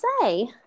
say